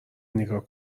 نیگا